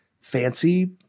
fancy